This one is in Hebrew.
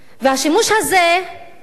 השימוש הזה מראה,